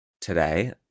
today